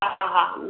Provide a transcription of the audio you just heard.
हा हा